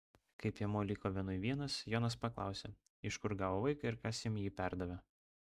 kai piemuo liko vienui vienas jonas paklausė iš kur gavo vaiką ir kas jam jį perdavė